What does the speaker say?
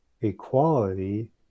equality